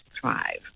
thrive